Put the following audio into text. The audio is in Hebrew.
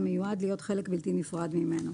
והמיועד להיות חלק בלתי נפרד ממנו,